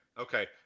Okay